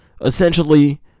Essentially